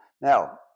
Now